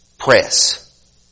Press